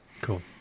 cool